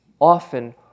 often